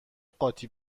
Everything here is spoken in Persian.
قاطی